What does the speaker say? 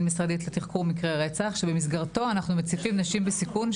משרדים לתחקור מקרי רצח שבמסגרתו אנחנו מציפים נשים בסיכון,